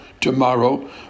tomorrow